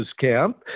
Camp